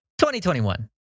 2021